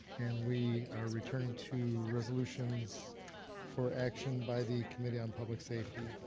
and we are returning to resolutions for action by the committee on public safety.